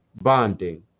bonding